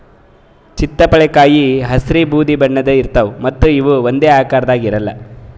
ಚಿತ್ತಪಳಕಾಯಿ ಹಸ್ರ್ ಬೂದಿ ಬಣ್ಣದ್ ಇರ್ತವ್ ಮತ್ತ್ ಇವ್ ಒಂದೇ ಆಕಾರದಾಗ್ ಇರಲ್ಲ್